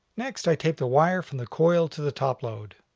next, i tape the wire from the coil to the topload.